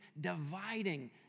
dividing